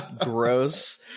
gross